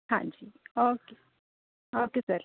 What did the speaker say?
ਹਾਂਜੀ okay okay sir